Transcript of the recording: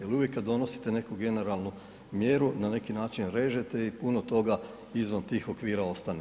Jel uvijek kada donosite neku generalnu mjeru na neki način režete i puno toga izvan tih okvira ostane.